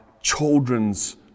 children's